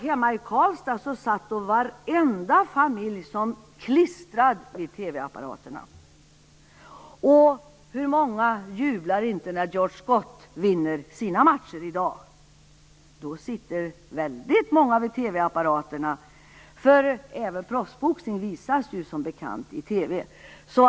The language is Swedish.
Hemma i Karlstad satt varenda familj som klistrad vid TV-apparaterna. Och hur många jublar inte när George Scott vinner sina matcher i dag? Då sitter väldigt många vid sina TV-apparater. Även proffsboxning visas ju som bekant i TV.